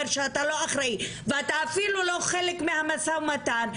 שאתה לא אחראי ואתה אפילו לא חלק מהמשא ומתן.